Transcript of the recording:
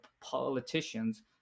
politicians